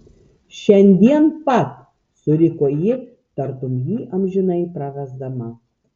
šiandien pat suriko ji tartum jį amžinai prarasdama